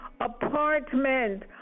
apartment